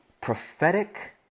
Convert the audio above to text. prophetic